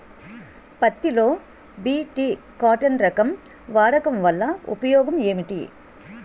పత్తి లో BT cotton రకం వాడకం వల్ల ఉపయోగం ఏమిటి?